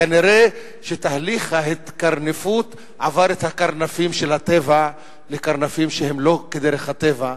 כנראה תהליך ההתקרנפות עבר מהקרנפים של הטבע לקרנפים שהם לא כדרך הטבע.